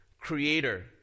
creator